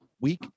week